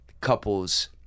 couples